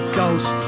Ghost